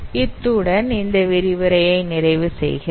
இத்துடன் இந்த விரிவுரையை நிறைவு செய்கிறேன்